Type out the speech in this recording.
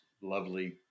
lovely